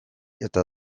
eta